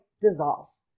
dissolve